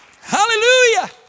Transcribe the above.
Hallelujah